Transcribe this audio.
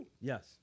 Yes